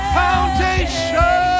foundation